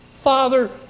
Father